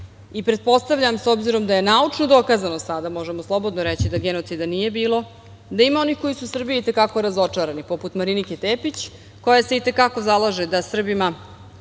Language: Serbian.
i pretpostavljam, s obzirom da je naučno dokazano sada, možemo slobodno reći, da genocida nije bilo, da ima onih koji su u Srbiji itekako razočarani, poput Marinike Tepić, koja se itekako zalaže da Srbima